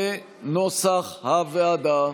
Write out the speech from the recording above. כנוסח הוועדה.